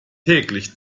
täglich